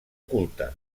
culte